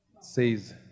says